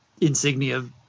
insignia